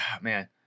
man